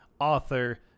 author